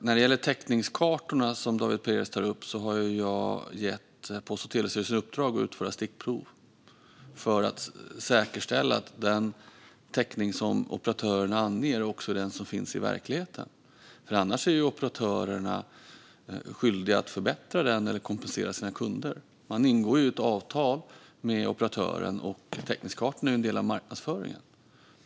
När det gäller täckningskartorna, som David Perez tar upp, har jag gett Post och telestyrelsen i uppdrag att utföra stickprov för att säkerställa att den täckning som operatören anger också är den som finns i verkligheten. Annars är operatörerna skyldiga att förbättra den eller att kompensera sina kunder. Man ingår ett avtal med operatören, och täckningskartorna är en del av marknadsföringen.